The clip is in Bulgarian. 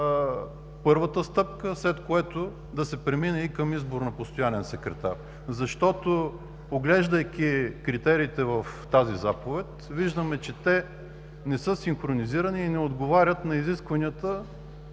законодателството, след което да се премине и към избор на постоянен секретар? Защото, поглеждайки критериите в тази заповед, виждаме, че те не са синхронизирани и не отговарят на изискванията